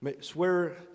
Swear